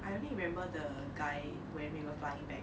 I only remember the guy when we were flying back